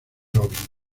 robin